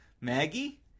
Maggie